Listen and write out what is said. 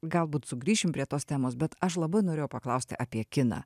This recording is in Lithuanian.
galbūt sugrįšim prie tos temos bet aš labai norėjau paklausti apie kiną